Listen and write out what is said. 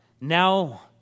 now